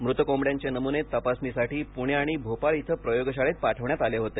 मृत कोंबड्यांचे नमुने तपासणीसाठी पुणे आणि भोपाळ इथं प्रयोगशाळेत पाठवण्यात आले होते